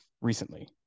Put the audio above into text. Recently